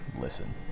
listen